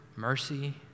mercy